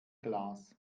glas